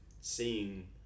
Seeing